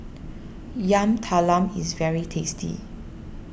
Yam Talam is very tasty